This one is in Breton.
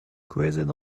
kouezhet